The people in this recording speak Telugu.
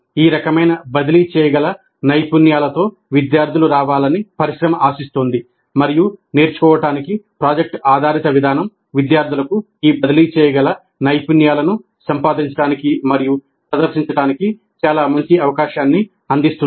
ఈ రకమైన బదిలీ చేయగల నైపుణ్యాలతో విద్యార్థులు రావాలని పరిశ్రమ ఆశిస్తోంది మరియు నేర్చుకోవటానికి ప్రాజెక్ట్ ఆధారిత విధానం విద్యార్థులకు ఈ బదిలీ చేయగల నైపుణ్యాలను సంపాదించడానికి మరియు ప్రదర్శించడానికి చాలా మంచి అవకాశాన్ని అందిస్తుంది